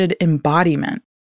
embodiment